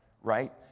right